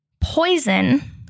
Poison